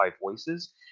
voices